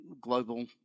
global